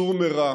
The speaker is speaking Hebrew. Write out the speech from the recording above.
סור מרע